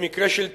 במקרה של תלונה,